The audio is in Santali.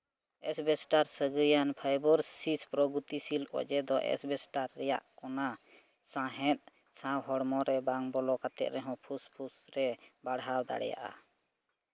ᱮᱥᱵᱮᱥᱴᱟᱨ ᱥᱟᱹᱜᱟᱹᱭᱟᱱ ᱯᱷᱟᱭᱵᱳᱨᱥᱤᱥ ᱯᱨᱚᱜᱚᱛᱤᱥᱤᱞ ᱚᱡᱮ ᱫᱚ ᱮᱥᱵᱮᱥᱴᱟᱨ ᱨᱮᱭᱟᱜ ᱠᱚᱱᱟ ᱥᱟᱦᱮᱫ ᱥᱟᱶ ᱦᱚᱲᱢᱚ ᱨᱮ ᱵᱟᱝ ᱵᱚᱞᱚ ᱠᱟᱛᱮᱫ ᱨᱮᱦᱚᱸ ᱯᱷᱩᱥᱯᱷᱩᱥ ᱨᱮ ᱵᱟᱲᱦᱟᱣ ᱫᱟᱲᱮᱭᱟᱜᱼᱟ